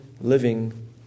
living